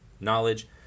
knowledge